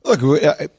Look